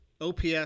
OPS